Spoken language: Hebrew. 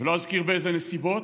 ולא אזכיר באילו נסיבות,